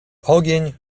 ogień